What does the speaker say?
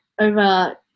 over